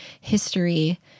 history